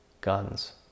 guns